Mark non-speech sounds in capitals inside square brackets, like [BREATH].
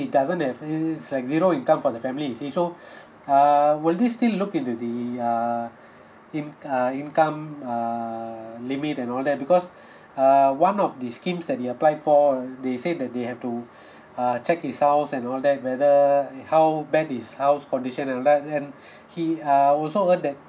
he doesn't have it's like zero income for the family is he so [BREATH] err will this still look into the uh in~ uh income uh limit and all that because [BREATH] uh one of these schemes that he applied for um they say that they have to uh check itself and all that whether uh how bad is house condition and all that and [BREATH] he uh also uh that